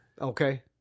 Okay